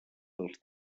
dels